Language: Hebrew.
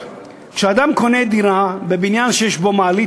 כשאדם קונה דירה בבניין שיש בו מעלית,